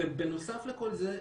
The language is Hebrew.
בנוסף לכל זה,